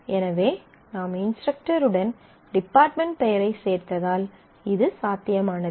எனவே நாம் இன்ஸ்டரக்டருடன் டிபார்ட்மென்ட் பெயரைச் சேர்த்ததால் இது சாத்தியமானது